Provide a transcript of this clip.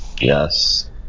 Yes